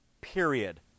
period